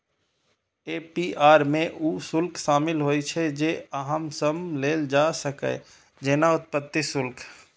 APR मे ऊ शुल्क शामिल होइ छै, जे अहां सं लेल जा सकैए, जेना उत्पत्ति शुल्क